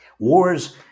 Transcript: Wars